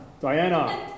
Diana